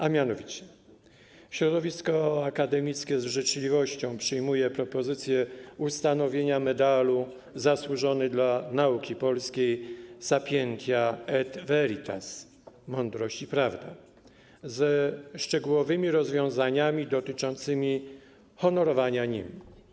A mianowicie środowisko akademickie z życzliwością przyjmuje propozycję ustanowienia Medalu ˝Zasłużony dla Nauki Polskiej Sapientia et Veritas˝, mądrość i prawda, ze szczegółowymi rozwiązaniami dotyczącymi honorowania nim.